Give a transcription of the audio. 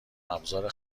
ابزار